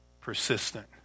persistent